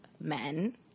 men